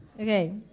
Okay